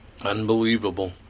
Unbelievable